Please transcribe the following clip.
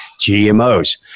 GMOs